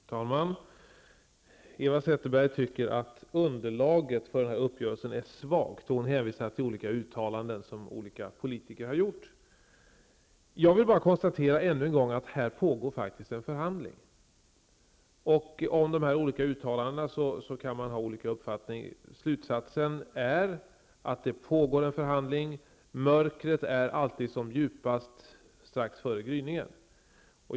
Fru talman! Eva Zetterberg tycker att underlaget för uppgörelsen är svagt. Hon hänvisar till olika uttalanden som olika politiker har gjort. Jag vill bara ännu en gång konstatera att här pågår faktiskt en förhandling. Om de olika uttalandena kan man ha olika uppfattning. Slutsatsen är att det pågår en förhandling. Mörkret är alltid som djupast strax före gryningen.